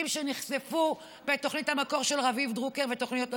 שנחשפו בתוכנית המקור של רביב דרוקר ותוכניות נוספות.